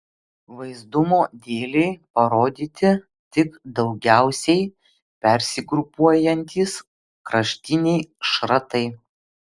vaizdumo dėlei parodyti tik daugiausiai persigrupuojantys kraštiniai šratai